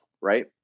right